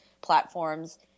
platforms